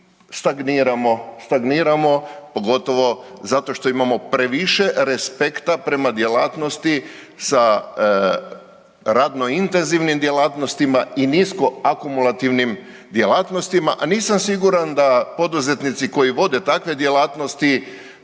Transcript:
stagniramo pogotovo zato što imamo previše respekta prema djelatnosti sa radnointenzivnim djelatnostima i niskoakumulativnim djelatnostima, a nisam siguran da poduzetnici koji vode takve djelatnosti